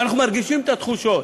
ואנחנו מרגישים את התחושות.